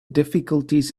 difficulties